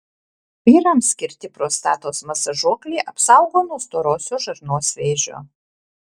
vyrams skirti prostatos masažuokliai apsaugo nuo storosios žarnos vėžio